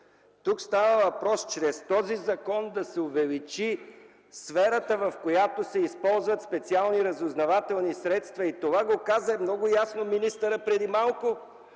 а става въпрос чрез този закон да се увеличи сферата, в която се използват специални разузнавателни средства, и това го каза много ясно министърът преди малко.